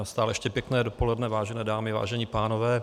Stále ještě pěkné dopoledne, vážené dámy, vážení pánové.